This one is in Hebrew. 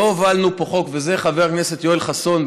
לא הובלנו פה חוק, וזה, חבר הכנסת יואל חסון,